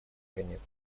конец